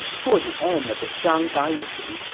toward the end of the shang dynasty,